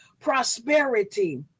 prosperity